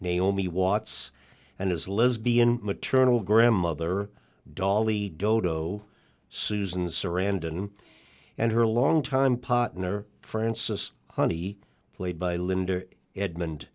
naomi watts and his lesbian maternal grandmother dolly doto susan sarandon and her longtime partner francis honey played by linda edmond